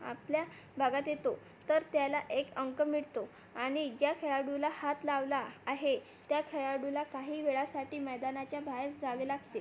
आपल्या भागात येतो तर त्याला एक अंक मिळतो आणि ज्या खेळाडूला हात लावला आहे त्या खेळाडूला काही वेळासाठी मैदानाच्या बाहेर जावे लागते